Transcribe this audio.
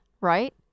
right